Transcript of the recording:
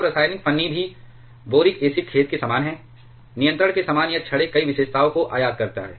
अब रासायनिक फन्नी भी बोरिक एसिड खेद के समान है नियंत्रण के समान यह छड़ें कई विशेषताओं को आयात करता है